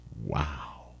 Wow